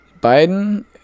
Biden